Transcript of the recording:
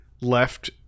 left